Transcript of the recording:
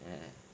mm